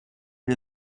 wir